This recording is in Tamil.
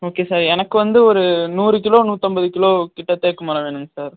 ஓகே சார் எனக்கு வந்து ஒரு நூறு கிலோ நூற்றம்பது கிலோ கிட்ட தேக்கு மரம் வேணுங்க சார்